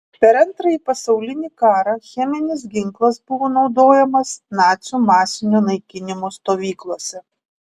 per antrąjį pasaulinį karą cheminis ginklas buvo naudojamas nacių masinio naikinimo stovyklose